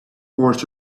forced